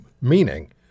meaning